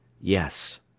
Yes